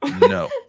No